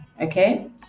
okay